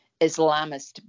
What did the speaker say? Islamist